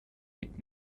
mit